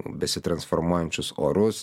besitransformuojančius orus